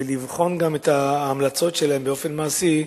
ולבחון את ההמלצות שלה באופן מעשי,